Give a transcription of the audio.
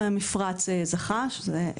במסגרת החלטת ממשלה 550; רשויות בדואיות,